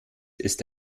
ist